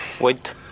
wait